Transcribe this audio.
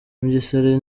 mugesera